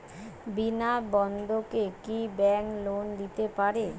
বিনা বন্ধকে কি bank loan দিতে পারে?